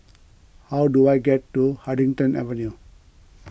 how do I get to Huddington Avenue